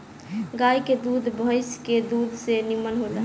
गाय के दूध भइस के दूध से निमन होला